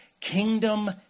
kingdom